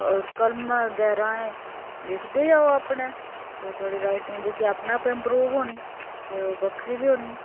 कलमै दे राहें लिखदे रौह् अपने ते थुआढ़ी राइटिंग जेह्की अपने आप इंपरूव होनी ते ओह् बक्खरी बी होनी